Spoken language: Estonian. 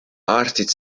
arstid